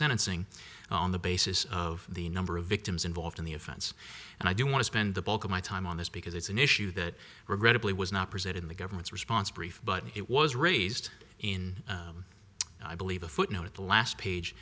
sentencing on the basis of the number of victims involved in the offense and i do want to spend the bulk of my time on this because it's an issue that regrettably was not present in the government's response brief but it was raised in i believe a footnote at the last page